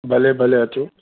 भले भले अचो